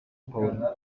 paola